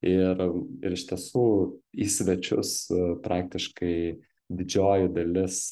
ir ir iš tiesų į svečius praktiškai didžioji dalis